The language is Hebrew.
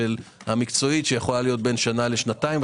המקצועית שיכולה להיות בין שנה לשנתיים.